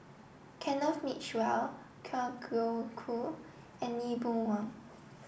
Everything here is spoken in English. Kenneth Mitchell Kwa Geok Choo and Lee Boon Wang